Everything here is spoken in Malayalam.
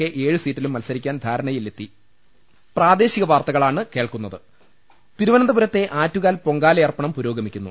കെ ഏഴ് സീറ്റിലും മത്സരിക്കാൻ ധാരണ യിൽ എത്തി തിരുവനന്തപുരത്തെ ആറ്റുകാൽ പൊങ്കാലയർപ്പണം പുരോഗ മിക്കുന്നു